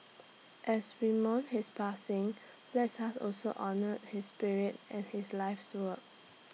as we mourn his passing lets us also honour his spirit and his life's work